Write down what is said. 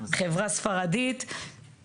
חברה ספרדית,